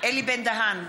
אלי בן-דהן,